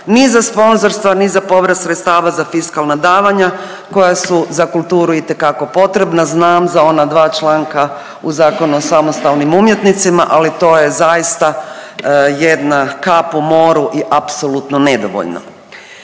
ni za sponzorstva ni za povrat sredstava za fiskalna davanja koja su za kulturu itekako potrebna. Znam za ona dva članka u Zakonu o samostalnim umjetnicima ali to je zaista jedna kap u moru i apsolutno nedovoljno.